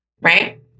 right